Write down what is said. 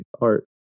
art